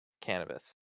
Cannabis